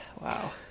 Wow